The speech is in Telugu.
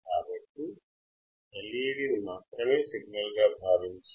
కాబట్టి అలాంటిదే ఎలా డిజైన్ చేయాలి